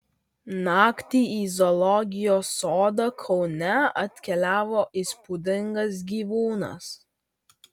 naktį į zoologijos sodą kaune atkeliavo įspūdingas gyvūnas